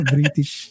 British